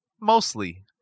mostly